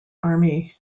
army